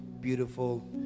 beautiful